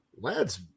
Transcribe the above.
Lad's